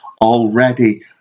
already